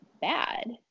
bad